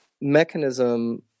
mechanism –